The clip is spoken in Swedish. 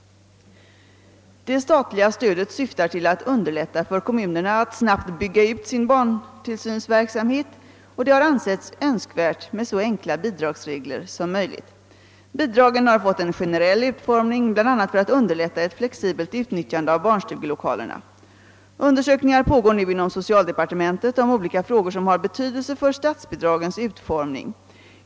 Det statliga stödet syftar till att underlätta för kommunerna att snabbt bygga ut sin barntillsynsverksamhet. Det har ansetts önskvärt med så enkla bidragsregler som möjligt. Bidragen har fått en generell utformning, bl a. för att underlätta ett flexibelt utnyttjande av barnstugelokalerna. Undersökningar pågår nu inom socialdepartementet om olika frågor som har betydelse för statsbidragens utformning.